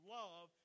love